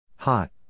Hot